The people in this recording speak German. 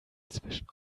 zwischen